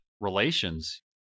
Relations